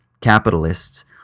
capitalists